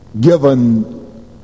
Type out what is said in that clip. given